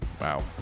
Wow